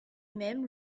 même